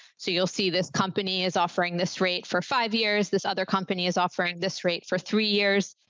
so you'll see this company is offering this rate for five years. this other company is offering this rate for three years.